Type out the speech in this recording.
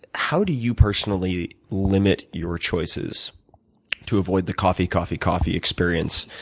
how do you personally limit your choices to avoid the coffee, coffee, coffee experience?